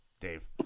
Dave